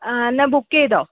എന്നാൽ ബുക്ക് ചെയ്തോ